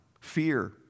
fear